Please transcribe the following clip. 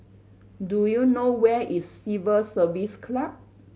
do you know where is Civil Service Club